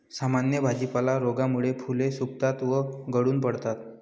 सामान्य भाजीपाला रोगामुळे फुले सुकतात व गळून पडतात